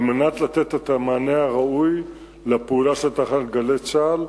על מנת לתת את המענה הראוי לפעולה של תחנת "גלי צה"ל".